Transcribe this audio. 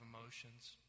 emotions